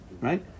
right